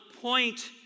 point